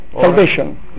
salvation